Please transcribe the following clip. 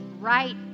right